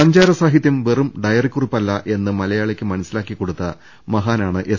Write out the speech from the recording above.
സഞ്ചാര സാഹിത്യം വെറും ഡയറിക്കുറിപ്പില്ല എന്ന് മലയാ ളിക്ക് മനസിലാക്കിക്കൊടുത്ത മഹാനാണ് എസ്